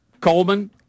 Coleman